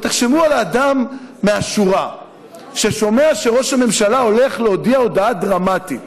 אבל תחשבו על אדם מהשורה ששומע שראש הממשלה הולך להודיע הודעה דרמטית.